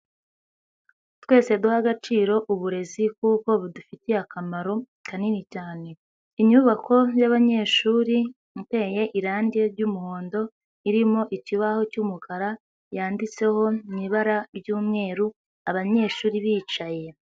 Twese duha agaciro uburezi kuko budufitiye akamaro kanini cyane, inyubako y'abanyeshuri, iteye irangi ry'umuhondo, irimo ikibaho cy'umukara, yanditseho mu ibara ry'umweru, abanyeshuri bicaye.